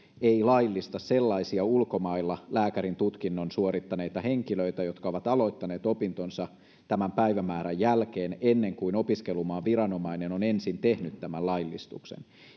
ei laillista sellaisia ulkomailla lääkärintutkinnon suorittaneita henkilöitä jotka ovat aloittaneet opintonsa tämän päivämäärän jälkeen ennen kuin opiskelumaan viranomainen on ensin tehnyt tämän laillistuksen